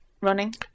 running